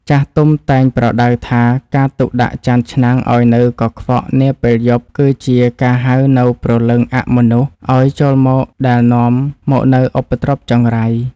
ចាស់ទុំតែងប្រដៅថាការទុកចានឆ្នាំងឱ្យនៅកខ្វក់នាពេលយប់ គឺជាការហៅនូវព្រលឹងអមនុស្សឱ្យចូលមកដែលនាំមកនូវឧបទ្រពចង្រៃ។